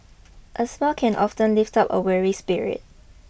a smile can often lift up a weary spirit